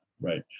right